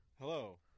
Hello